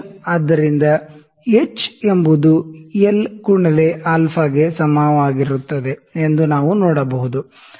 ಆದ್ದರಿಂದಹೆಚ್ ಎಂಬುದು ಎಲ್ ಗುಣಲೆ α ಗೆ ಸಮಾನವಾಗಿರುತ್ತದೆ ಎಂದು ನಾವು ನೋಡಬಹುದು